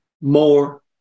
more